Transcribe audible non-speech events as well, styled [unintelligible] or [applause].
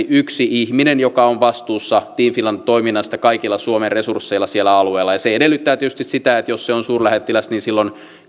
[unintelligible] yksi ihminen joka on vastuussa team finland toiminnasta kaikilla suomen resursseilla siellä alueella ja se edellyttää tietysti sitä että jos se on suurlähettiläs niin silloin